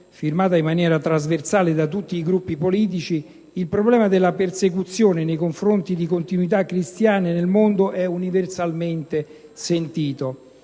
firmata in maniera trasversale da tutti i Gruppi politici, il problema nei confronti di comunità cristiane nel mondo è universalmente sentito.